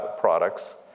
products